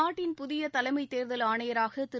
நாட்டின் புதிய தலைமை தேர்தல் ஆணையராக திரு